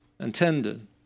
intended